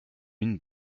une